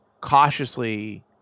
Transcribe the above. cautiously